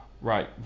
right